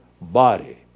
body